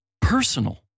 personal